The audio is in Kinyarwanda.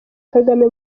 kagame